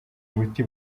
umuti